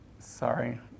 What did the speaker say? sorry